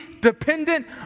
dependent